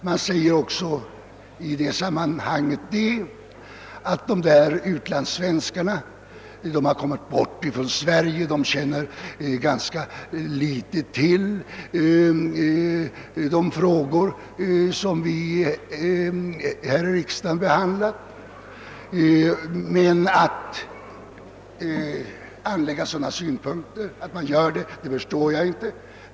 Det görs också gällande att utlandssvenskarna skulle ha kommit bort från de svenska förhållandena och ganska litet skulle känna till de frågor som behandlas här i riksdagen. Jag förstår inte att man kan anlägga dylika synpunkter.